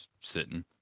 sitting